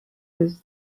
this